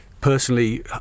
personally